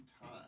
time